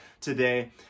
today